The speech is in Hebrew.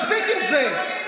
מספיק עם זה.